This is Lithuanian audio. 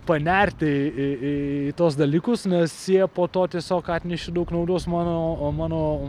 panerti į į į tuos dalykus nes jie po to tiesiog atnešė daug naudos mano o mano